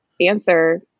answer